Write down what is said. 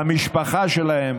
המשפחה שלהם